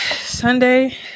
Sunday